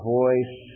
voice